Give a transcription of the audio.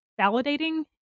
validating